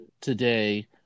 today